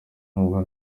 n’ubwo